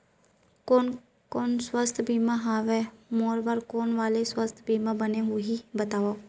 कोन कोन स्वास्थ्य बीमा हवे, मोर बर कोन वाले स्वास्थ बीमा बने होही बताव?